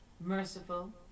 merciful